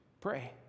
Pray